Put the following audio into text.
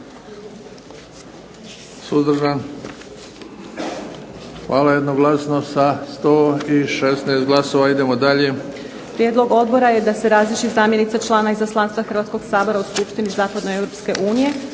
Hvala. Jednoglasno sa 116 glasova. Idemo dalje. **Majdenić, Nevenka (HDZ)** Prijedlog odbora je da se razriješi zamjenica člana Izaslanstva Hrvatskog sabora u Skupštini Zapadnoeuropske unije